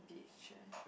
beach chair